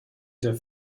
der